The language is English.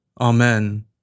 Amen